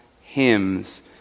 hymns